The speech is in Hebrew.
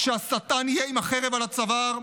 כשהשטן יהיה עם החרב על הצוואר,